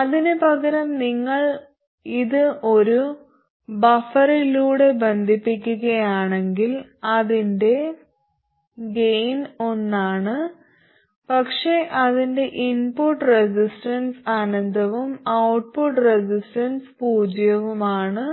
അതിനുപകരം നിങ്ങൾ ഇത് ഒരു ബഫറിലൂടെ ബന്ധിപ്പിക്കുകയാണെങ്കിൽ അതിന്റെ ഗേയിൻ ഒന്നാണ് പക്ഷേ അതിന്റെ ഇൻപുട്ട് റെസിസ്റ്റൻസ് അനന്തവും ഔട്ട്പുട്ട് റെസിസ്റ്റൻസ് പൂജ്യവുമാണ്